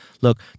look